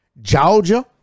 georgia